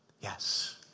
Yes